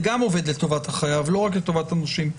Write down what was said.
זה עובד גם לטובת החייב ולא רק לטובת הנושים.